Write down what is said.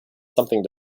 something